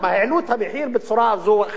העלו את המחיר בצורה זו או אחרת.